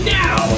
now